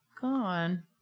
gone